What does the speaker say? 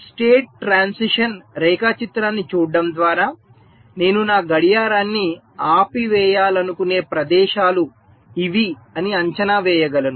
state transition రేఖాచిత్రాన్ని చూడటం ద్వారా నేను నా గడియారాన్ని ఆపివేయాలనుకునే ప్రదేశాలు ఇవి అని అంచనా వేయగలను